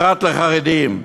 פרט לחרדים.